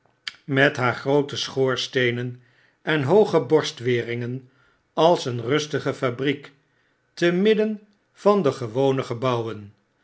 met haar groote schoorsteenen en hooge borstweringen als een rustige fabriek te midden van de gewone gebouwen